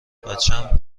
بچم